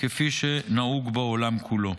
כפי שנהוג בעולם כולו.